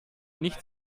nicht